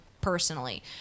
personally